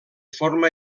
forma